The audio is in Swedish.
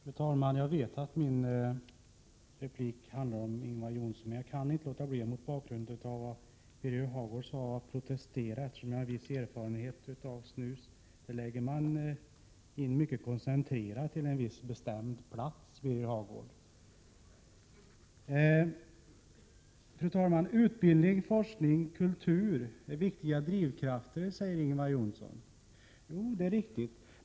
Fru talman! Detta inlägg gäller Ingvar Johnssons anförande, men jag kan inte låta bli att protestera mot vad Birger Hagård sade om snus — eftersom jag har en viss erfarenhet av snus. Det lägger man in mycket koncentrerat till en viss bestämd plats, Birger Hagård. Fru talman! Utbildning, forskning och kultur är viktiga drivkrafter, säger Ingvar Johnsson. Ja, det är riktigt.